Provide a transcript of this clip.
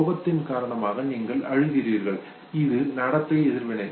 சோகத்தின் காரணமாக நீங்கள் அழுகிறீர்கள் இது நடத்தை எதிர்வினை